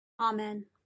Amen